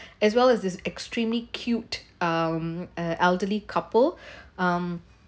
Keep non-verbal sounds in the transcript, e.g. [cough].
as well as it's extremely cute um uh elderly couple [breath] um